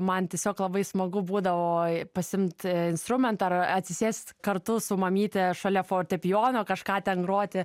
man tiesiog labai smagu būdavo pasiimti instrumentą ar atsisėst kartu su mamyte šalia fortepijono kažką ten groti